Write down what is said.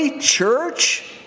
church